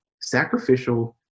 sacrificial